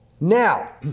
Now